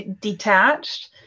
detached